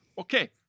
Okay